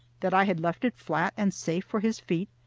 that i had left it flat and safe for his feet,